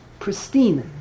pristine